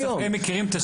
בסוף הם מכירים את השטח.